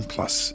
Plus